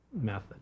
method